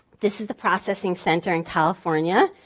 this is the processing center in california.